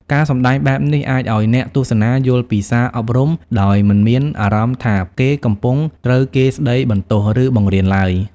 ការសម្ដែងបែបនេះអាចឲ្យអ្នកទស្សនាយល់ពីសារអប់រំដោយមិនមានអារម្មណ៍ថាគេកំពុងត្រូវគេស្ដីបន្ទោស ឬបង្រៀនឡើយ។